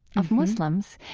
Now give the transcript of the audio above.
of muslims.